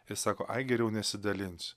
ir sako ai geriau nesidalinsiu